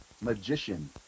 magician